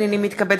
מתכבד